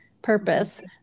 purpose